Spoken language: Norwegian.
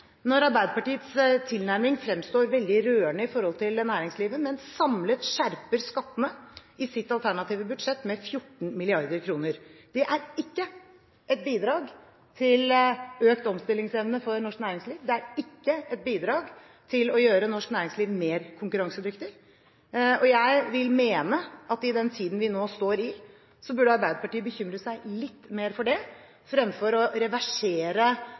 når Arbeiderpartiets tilnærming fremstår veldig rørende i forhold til næringslivet, men samlet sett skjerper skattene i sitt alternative budsjett med 14 mrd. kr. Det er ikke et bidrag til økt omstillingsevne for norsk næringsliv, det er ikke et bidrag til å gjøre norsk næringsliv mer konkurransedyktig. Jeg vil mene at i den tiden vi nå er inne i, burde Arbeiderpartiet bekymre seg litt mer for det, fremfor å reversere